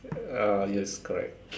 ah yes correct